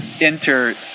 enter